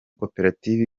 koperative